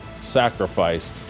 sacrifice